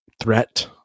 threat